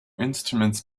instruments